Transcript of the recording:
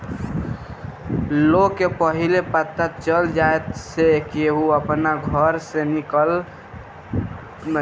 लोग के पहिले पता चल जाए से केहू अपना घर से निकलत नइखे